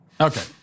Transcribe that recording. Okay